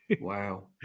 Wow